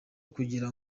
kugira